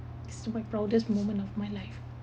so my proudest moment of my life